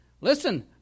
listen